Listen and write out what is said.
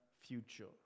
future